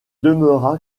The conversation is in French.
demeura